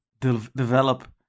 develop